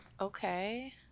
Okay